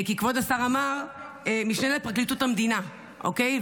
כבוד השר אמר המשנה לפרקליטות המדינה, אוקיי?